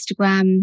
Instagram